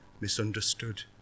misunderstood